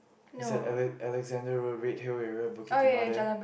it's at Alex~ Alexander-Road Red-Hill area Bukit-Timah there